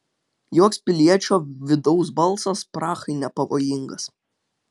joks piliečio vidaus balsas prahai nepavojingas